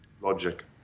Logic